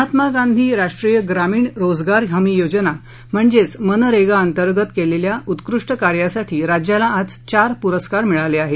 महात्मा गांधी राष्ट्रीय ग्रामीण रोजगार हमी योजना म्हणजे मनरेगा अंतर्गत केलेल्या उत्कृष्ट कार्यासाठी राज्याला आज चार पुरस्कार मिळाले आहेत